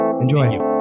Enjoy